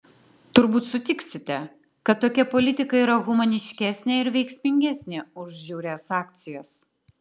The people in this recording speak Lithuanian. turbūt sutiksite kad tokia politika yra humaniškesnė ir veiksmingesnė už žiaurias akcijas